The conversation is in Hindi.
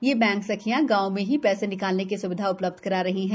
ये बैंक सखियां गांव में ही पैसे निकालने की स्विधा उपलब्ध करा रही है